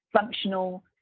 functional